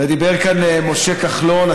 דיבר כאן משה כחלון,